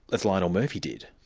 as lionel murphy did.